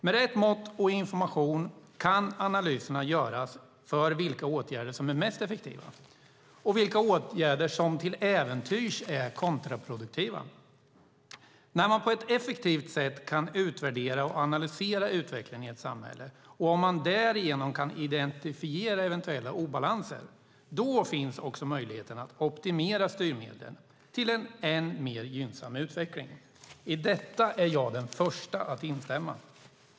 Med rätt mått och information kan analyserna göras av vilka åtgärder som är mest effektiva och vilka åtgärder som till äventyrs är kontraproduktiva. När man på ett effektivt sätt kan utvärdera och analysera utvecklingen i ett samhälle och om man därigenom kan identifiera eventuella obalanser finns också möjligheten att optimera styrmedlen till en än mer gynnsam utveckling. I detta är jag den första att instämma.